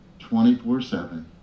24-7